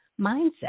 mindset